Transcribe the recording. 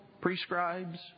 prescribes